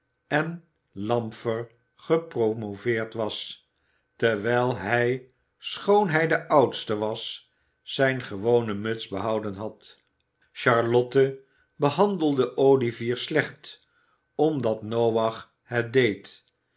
en lamfer gepromoveerd was terwijl hij schoon hij de oudste was zijn gewone muts behouden had charlotte behandelde olivier slecht omdat noach het deed